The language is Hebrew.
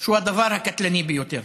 שהוא הדבר הקטלני ביותר.